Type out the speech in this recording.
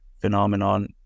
phenomenon